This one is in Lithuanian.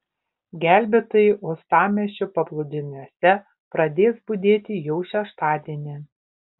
gelbėtojai uostamiesčio paplūdimiuose pradės budėti jau šeštadienį